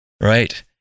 Right